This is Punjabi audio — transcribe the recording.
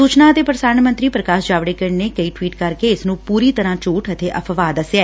ਸੁਚਨਾ ਅਤੇ ਪ੍ਰਸਾਰਣ ਮੰਤਰੀ ਪ੍ਰਕਾਸ਼ ਜਾਵੜੇਕਰ ਨੇ ਕਈ ਟਵੀਟ ਕਰਕੇ ਇਸ ਨੂੰ ਪੁਰੀ ਤਰ੍ਕਾ ਬੂਠ ਅਤੇ ਅਫ਼ਵਾਹ ਦਸਿਐ